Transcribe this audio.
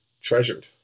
treasured